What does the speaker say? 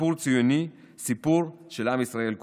סיפור ציוני, סיפור של עם ישראל כולו.